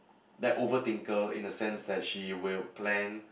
that overthinker in the sense that she will plan